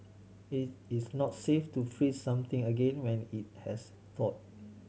it's not safe to freeze something again when it has thawed